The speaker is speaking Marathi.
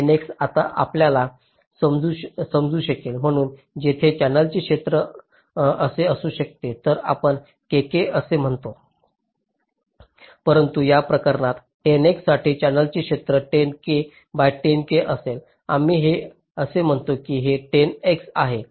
10 X आता आपल्याला समजू शकेल म्हणून येथे चॅनेलचे क्षेत्र असे असू शकते तर आपण k k असे म्हणतो परंतु या प्रकरणात 10 X साठी चॅनेलचे क्षेत्र 10 k बाय 10 k असेल आम्ही हे असे म्हणतो की हे 10 X आहे